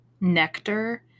nectar